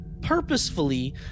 purposefully